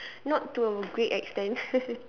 not to a great extent